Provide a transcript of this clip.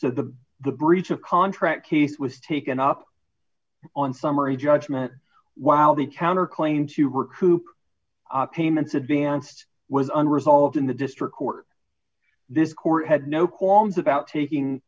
so the the breach of contract case was taken up on summary judgment while the counter claim to recoup payments advanced was unresolved in the district court this court had no qualms about taking